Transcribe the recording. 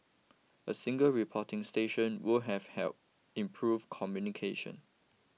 a single reporting station would have help improve communication